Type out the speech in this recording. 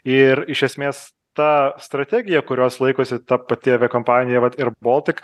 ir iš esmės ta strategija kurios laikosi ta pati avia kompanija vat ir boltik